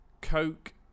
coke